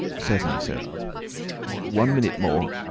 certainly, sir one minute more.